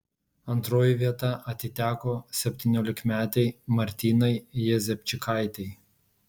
antroji vieta atiteko septyniolikmetei martynai jezepčikaitei